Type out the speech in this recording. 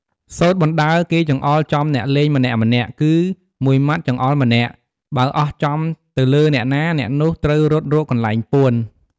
សូត្របណ្តើរ គេចង្អុលចំអ្នកលេងម្នាក់ៗ គឺមួយម៉ាត់ចង្អុលម្នាក់ បើអស់ចំទៅលើអ្នកណា អ្នកនោះត្រូវរត់រកកន្លែងពួន។